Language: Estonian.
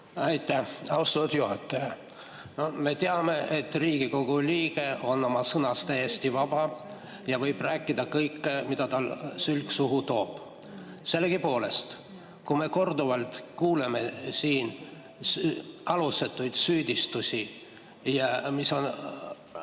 Aitäh, austatud juhataja! Me teame, et Riigikogu liige on oma sõnas täiesti vaba ja võib rääkida kõike, mida tal sülg suhu toob. Sellegipoolest, kui me korduvalt kuuleme siin alusetuid süüdistusi, mis on